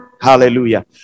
Hallelujah